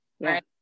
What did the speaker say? right